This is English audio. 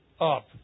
up